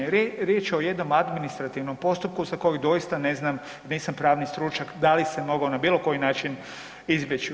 Riječ je o jednom administrativnom postupku za koji doista ne znam, nisam pravni stručnjak, da li se mogao na bilo koji način izbjeć.